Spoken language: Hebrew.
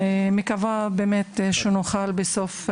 אני מקווה באמת שנוכל בסוף היום,